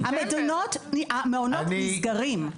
המעונות נסגרים.